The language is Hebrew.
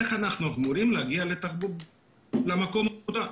איך אנחנו אמורים להגיע למקום העבודה?